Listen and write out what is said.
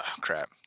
Crap